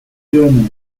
germany